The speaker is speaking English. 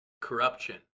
corruption